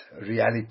reality